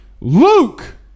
Luke